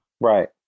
right